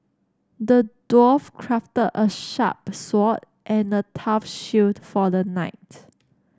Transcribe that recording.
the dwarf crafted a sharp sword and a tough shield for the knight